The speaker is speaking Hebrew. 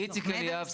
איציק אליאב.